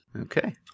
Okay